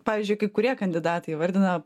pavyzdžiui kai kurie kandidatai įvardina